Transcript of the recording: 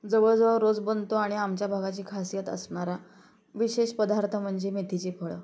जवळ जवळ रोज बनतो आणि आमच्या भागाची खासियत असणारा विशेष पदार्थ म्हणजे मेथीची फळं